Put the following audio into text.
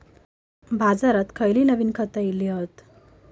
बाजारात खयली नवीन खता इली हत?